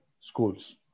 schools